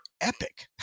epic